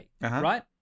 Right